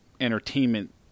entertainment